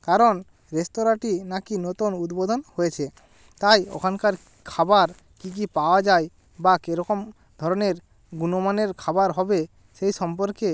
কারণ রেস্তোরাঁটি নাকি নতুন উদ্বোধন হয়েছে তাই ওখানকার খাবার কী কী পাওয়া যায় বা কীরকম ধরনের গুণমানের খাবার হবে সেই সম্পর্কে